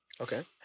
Okay